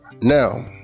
Now